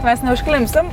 mes neužklimpsim